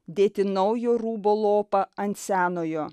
dėti naujo rūbo lopą ant senojo